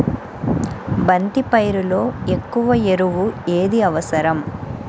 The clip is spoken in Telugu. బంతి పైరులో ఎక్కువ ఎరువు ఏది అవసరం?